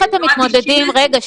אני רוצה להראות --- רגע,